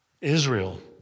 Israel